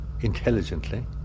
intelligently